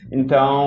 Então